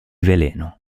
veleno